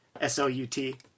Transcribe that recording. S-L-U-T